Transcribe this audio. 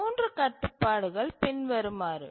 மூன்று கட்டுப்பாடுகள் பின்வருமாறு